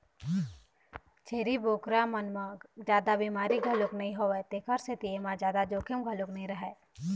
छेरी बोकरा मन म जादा बिमारी घलोक नइ होवय तेखर सेती एमा जादा जोखिम घलोक नइ रहय